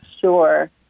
sure